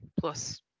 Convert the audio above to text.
plus